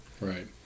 right